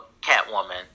Catwoman